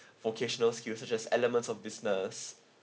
vocational skills such as elements of business